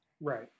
Right